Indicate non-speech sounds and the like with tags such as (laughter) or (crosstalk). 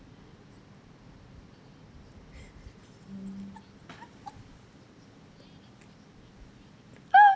(laughs)